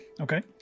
Okay